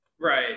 Right